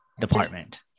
department